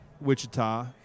Wichita